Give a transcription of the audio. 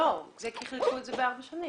כי חילקו את זה לארבע שנים.